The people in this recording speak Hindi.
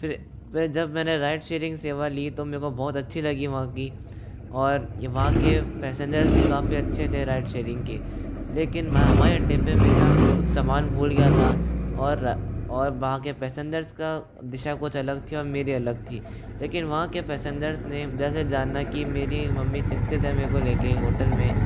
फिर जब मैंने राइड शेयरिंग सेवा ली तो मेरे को बहुत अच्छी लगी वहाँ की और वहाँ के पैसेंजर्स भी काफी अच्छे थे राइड शेयरिंग के लेकिन मैं हवाई अड्डे पर मेरा कुछ सामान भूल गया था और और वहाँ के पैसेंजर्स का दिशा कुछ अलग थी और मेरी अलग थी लेकिन वहाँ के पैसेंजर्स ने जैसे जाना कि मेरी मम्मी चिंतित है मेरे को लेकर होटल में